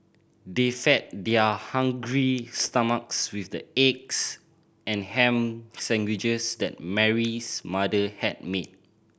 they fed their hungry stomachs with the eggs and ham sandwiches that Mary's mother had made